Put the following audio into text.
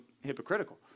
hypocritical